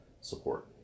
support